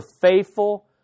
faithful